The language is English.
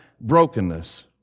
brokenness